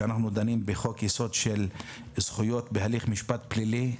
שם אנחנו דנים בחוק יסוד של זכויות בהליך משפט פלילי,